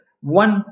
one